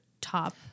top